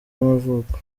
y’amavuko